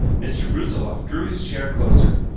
mr. brusiloff drew his chair closer.